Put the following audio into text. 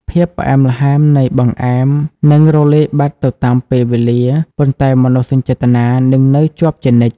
ភាពផ្អែមល្ហែមនៃបង្អែមនឹងរលាយបាត់ទៅតាមពេលវេលា ប៉ុន្តែមនោសញ្ចេតនានឹងនៅជាប់ជានិច្ច។